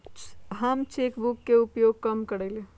हम cheque book के उपयोग कम करइले